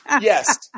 Yes